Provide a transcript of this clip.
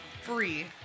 Free